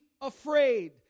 afraid